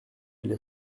les